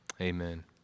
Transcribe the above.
amen